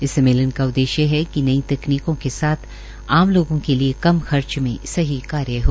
इस सम्मेलन का उद्देश्य है कि नई तकनीकों के साथ आम लोगों के लिए कम खर्च में सही कार्य हो